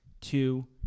Two